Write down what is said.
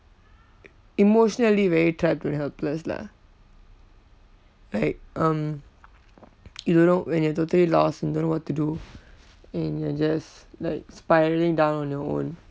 emotionally very trapped and helpless lah like um you don't know when you're totally lost and don't know what to do and you're just like spiraling down on your own